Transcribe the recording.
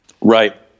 Right